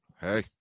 hey